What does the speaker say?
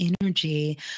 energy